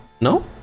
No